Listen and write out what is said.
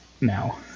now